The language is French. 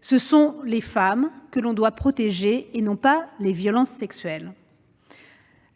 Ce sont les femmes que l'on doit protéger et non les violences sexuelles !